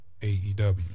AEW